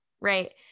right